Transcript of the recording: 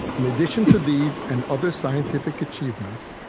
in addition to these and other scientific achievements,